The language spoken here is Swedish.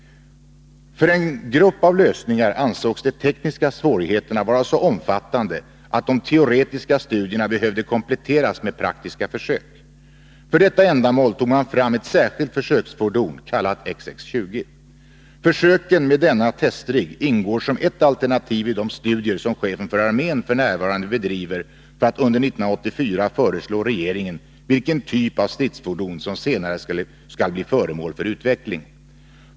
För en grupp av lösningar ansågs de tekniska svårigheterna vara så omfattande, att de teoretiska studierna behövde kompletteras med praktiska försök. För detta ändamål tog man fram ett särskilt försöksfordon, kallat XX 20. Försöken med denna testrigg ingår som ett alternativ i de studier som chefen för armén f. n. bedriver för att under 1984 föreslå regeringen vilken typ av stridsfordon som senare skall bli föremål för utveckling.